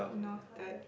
noted